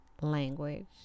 language